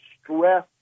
stress